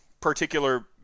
particular